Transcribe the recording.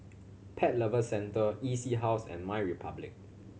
Pet Lovers Centre E C House and MyRepublic